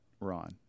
Ron